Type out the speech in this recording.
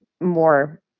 more